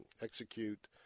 execute